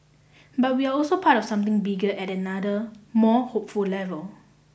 but we are also part of something bigger at another more hopeful level